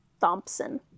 Thompson